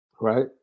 Right